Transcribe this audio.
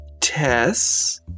Tess